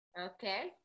Okay